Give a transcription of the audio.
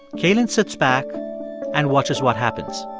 cailin sits back and watches what happens